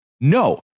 No